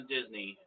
Disney